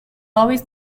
always